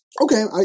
Okay